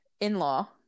in-law